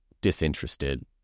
disinterested